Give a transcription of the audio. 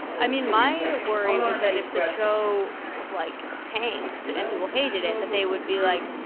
i mean, my worry was that if the show, like, tanked and people hated it, that they would be like,